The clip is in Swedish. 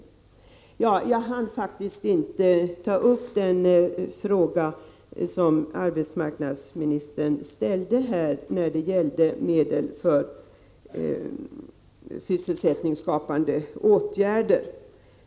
I mitt förra inlägg hann jag faktiskt inte gå in på arbetsmarknadsministerns fråga om medel för sysselsättningsskapande åtgärder.